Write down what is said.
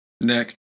Nick